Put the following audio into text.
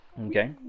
Okay